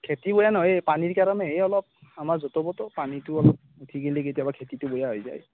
খেতি বেয়া নহয় এই পানীৰ কাৰণেহে অলপ আমাৰ যত' প'ত পানীটো অলপ উঠি গ'লে কেতিয়াবা ভেটিটো বেয়া হৈ যায়